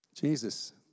Jesus